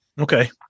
Okay